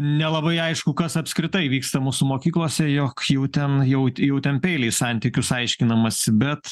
nelabai aišku kas apskritai vyksta mūsų mokyklose jog jau ten jau jau ten peiliais santykius aiškinamasi bet